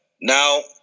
Now